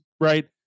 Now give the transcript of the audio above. right